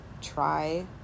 try